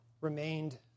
remained